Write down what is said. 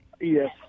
Yes